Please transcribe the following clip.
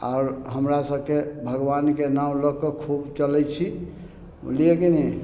आओर हमरा सबके भगवानके नाम लअके खूब चलय छी बुझलियै की नहि